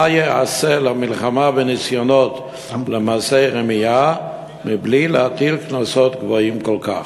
מה ייעשה למלחמה בניסיונות למעשי רמייה מבלי להטיל קנסות גבוהים כל כך?